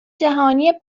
جهانی